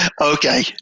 Okay